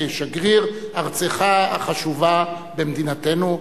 כשגריר ארצך החשובה במדינתנו,